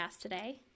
today